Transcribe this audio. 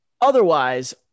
Otherwise